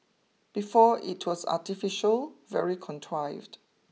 before it was artificial very contrived